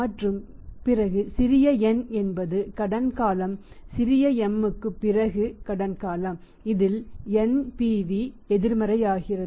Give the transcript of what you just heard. மற்றும் பிறகு சிறிய n என்பது கடன் காலம் m க்குப் பிறகு கடன் காலம் இதில் NPV எதிர்மறையாகிறது